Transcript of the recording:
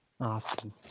Awesome